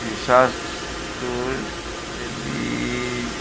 ৰিচাৰ্জটো টেলি